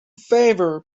favour